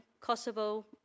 Kosovo